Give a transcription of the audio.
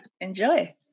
Enjoy